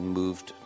moved